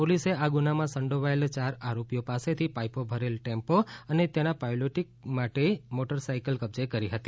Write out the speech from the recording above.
પોલીસે આ ગુનામાં સંડોવાયેલ ચાર આરોપીઓ પાસેથી પાઇપો ભરેલ ટેમ્પો તથા તેના પાયલોટીંગ માટે મોટર સાયકલ કબજે લીધી હતી